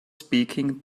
speaking